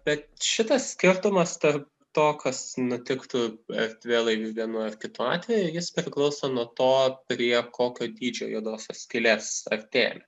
bet šitas skirtumas tarp to kas nutiktų erdvėlaiviui vienu ar kitu atveju jis priklauso nuo to prie kokio dydžio juodosios skylės artėjame